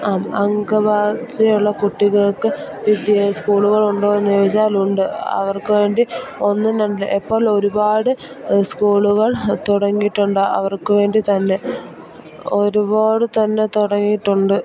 അംഗവൈകല്യമുള്ള കുട്ടികൾക്ക് സ്കൂളുകളുണ്ടോയെന്ന് ചോദിച്ചാൽ ഉണ്ട് അവർക്ക് വേണ്ടി ഒന്നുരണ്ട് ഇപ്പോൾ ഒരുപാട് സ്കൂളുകൾ തുടങ്ങിയിട്ടുണ്ട് അവർക്കുവേണ്ടി തന്നെ ഒരുപാട് തന്നെ തുടങ്ങിയിട്ടുണ്ട്